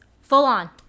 full-on